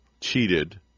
cheated